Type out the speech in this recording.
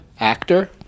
Actor